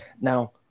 Now